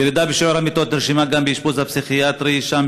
ירידה בשיעור המיטות נרשמה גם באשפוז הפסיכיאטרי: שם,